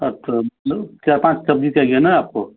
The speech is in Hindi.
अच्छा मतलब चार पाँच सब्ज़ी चाहिए ना आपको